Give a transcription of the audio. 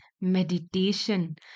meditation